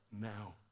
now